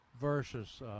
versus